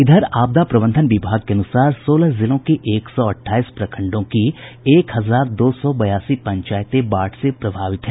इधर आपदा प्रबंधन विभाग के अनुसार सोलह जिलों के एक सौ अट्ठाईस प्रखंडों की एक हजार दो सौ बयासी पंचायतें बाढ़ से प्रभावित हैं